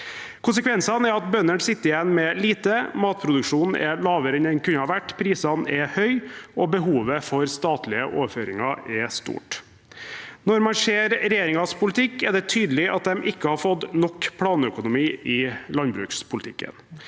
Konsekvensene er at bøndene sitter igjen med lite, matproduksjonen er lavere enn den kunne vært, prisene er høye, og behovet for statlige overføringer er stort. Når man ser regjeringens politikk, er det tydelig at de ikke har fått nok planøkonomi i landbrukspolitikken.